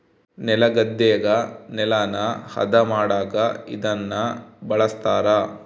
ನೆಲಗದ್ದೆಗ ನೆಲನ ಹದ ಮಾಡಕ ಇದನ್ನ ಬಳಸ್ತಾರ